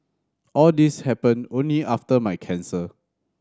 all these happened only after my cancer